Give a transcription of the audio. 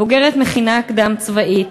בוגרת מכינה קדם-צבאית,